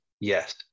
Yes